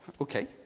okay